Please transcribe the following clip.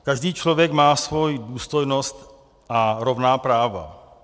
Každý člověk má svoji důstojnost a rovná práva.